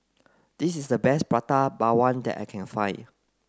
this is the best Prata Bawang that I can find